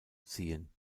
ziehen